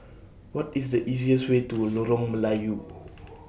What IS The easiest Way to Lorong Melayu